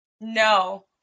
No